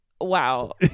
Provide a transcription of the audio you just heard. Wow